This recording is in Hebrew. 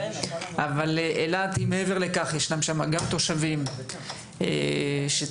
אבל היא מעבר לכך: יש שם תושבים שצריכים